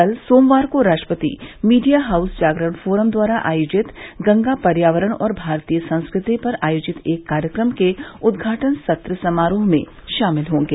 कल सोमवार को राष्ट्रपति मीडिया हाऊस जागरण फोरम द्वारा आयोजित गंगा पर्यावरण और भारतीय संस्कृति पर आयोजित एक कार्यक्रम के उद्घाटन सत्र समारोह में शामिल होंगे